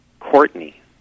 Courtney